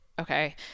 Okay